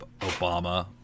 Obama